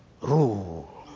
rule